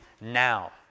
now